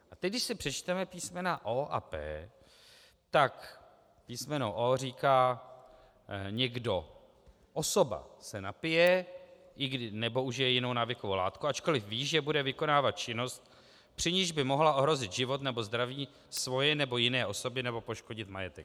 A teď když si přečteme písmena o) a p), tak písmeno o) říká: někdo, osoba se napije nebo užije jinou návykovou látku, ačkoliv ví, že bude vykonávat činnost, při níž by mohla ohrozit život nebo zdraví svoje nebo jiné osoby nebo poškodit majetek.